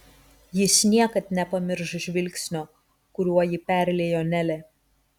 jis niekad nepamirš žvilgsnio kuriuo jį perliejo nelė